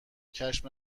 کشف